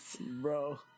Bro